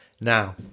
Now